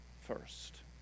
first